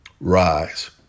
rise